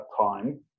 time